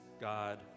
God